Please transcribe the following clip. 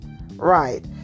Right